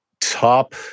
top